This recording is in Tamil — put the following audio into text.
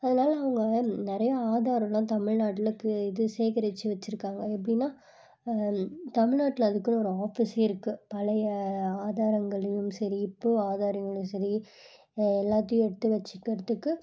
அதனால் அவங்க நிறையா ஆதாரமெல்லாம் தமிழ்நாட்டுலக்கு இது சேகரித்து வெச்சுருக்காங்க எப்படின்னா தமிழ்நாட்டுல அதுக்குன்னு ஒரு ஆஃபீஸே இருக்குது பழைய ஆதாரங்களையும் சரி இப்போது ஆதாரங்களும் சரி எல்லாத்தையும் எடுத்து வெச்சுக்கிறதுக்கு